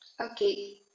Okay